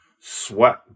sweat